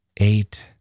Eight